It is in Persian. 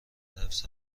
حفظ